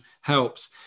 helps